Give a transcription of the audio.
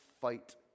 fight